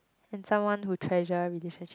and someone who treasures relationship